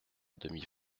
demi